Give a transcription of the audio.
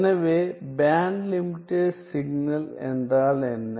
எனவே band limited signal என்றால் என்ன